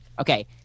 Okay